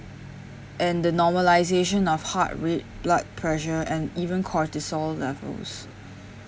and the normalization of heart rate blood pressure and even cortisol levels